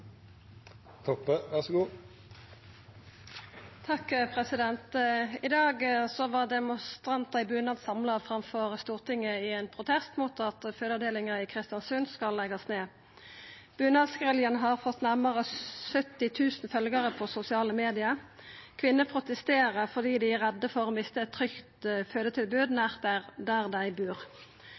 I dag var demonstrantar i bunad samla utanfor Stortinget i protest mot at fødeavdelinga i Kristiansund skal leggjast ned. Bunadsgeriljaen har fått nærmare 70 000 følgjarar i sosiale medium. Kvinner protesterer fordi dei er redde for å mista eit trygt fødetilbod nær der dei bur.